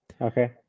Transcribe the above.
Okay